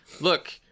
look